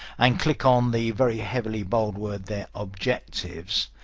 and click on the very heavily bold word there objectives.